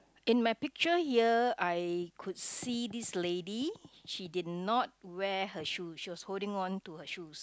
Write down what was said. in my picture here I could see this lady she did not wear her shoe she was holding on to her shoes